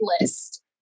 list